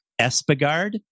Espigard